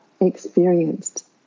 experienced